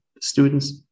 students